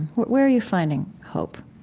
where are you finding hope?